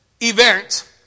event